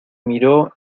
miró